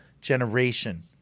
generation